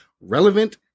relevant